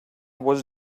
was